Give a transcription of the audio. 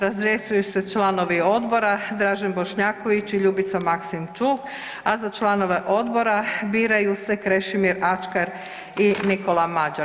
Razrješuje se članovi odbora Dražen Bošnjaković i Ljubica Maksimčuk a za članove odbora biraju se Krešimir Ačkar i Nikola Mažur.